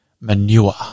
manure